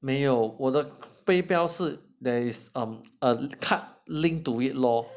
没有我的 Paypal 是 there's a um a card linked to it lor